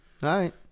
right